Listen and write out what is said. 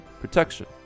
protection